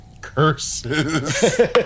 Curses